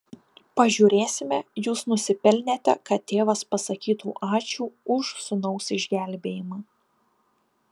pažiūrėsime jūs nusipelnėte kad tėvas pasakytų ačiū už sūnaus išgelbėjimą